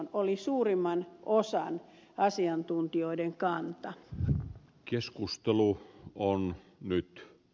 se oli suurimman osan asiantuntijoidenkaan mutta keskustelu on nyt